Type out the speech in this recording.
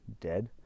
dead